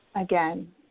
again